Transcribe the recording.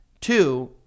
Two